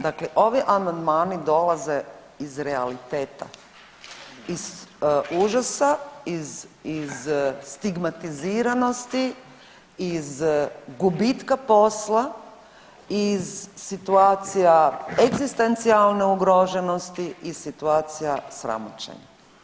Dakle, ovi amandmani dolaze iz realiteta, iz užasa, iz stigmatiziranosti, iz gubitka posla, iz situacija egzistencijalne ugroženosti, iz situacija sramoćenja.